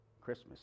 Christmas